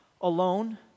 alone